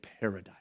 paradise